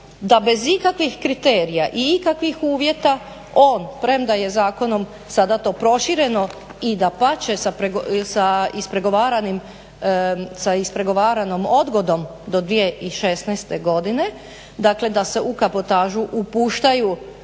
da bez ikakvih kriterija i ikakvih uvjeta on premda je zakonom sada to prošireno i dapače sa ispregovaranom odgodom do 2016.godine da se u kabotažu puštaju